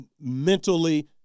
mentally